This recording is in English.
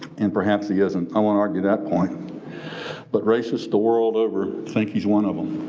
and perhaps, he isn't. i won't argue that point but racist the world over think he's one of them